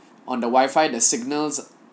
on the wifi the signals